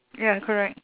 ya correct